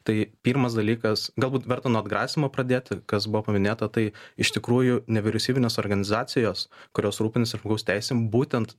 tai pirmas dalykas galbūt verta nuo atgrasymo pradėti kas buvo paminėta tai iš tikrųjų nevyriausybinės organizacijos kurios rūpinasi žmogaus teisėm būtent